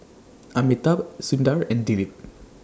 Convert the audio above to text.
Amitabh Sundar and Dilip